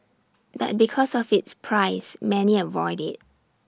but because of its price many avoid IT